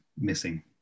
missing